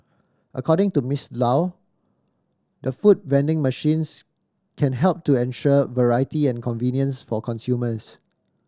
according to Miss Low the food vending machines can help to ensure variety and convenience for consumers